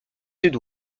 sud